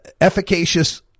efficacious